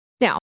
Now